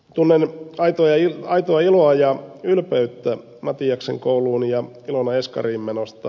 tunnen aitoa iloa ja ylpeyttä matiaksen kouluun ja ilonan eskariin menosta